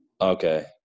okay